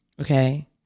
Okay